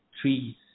trees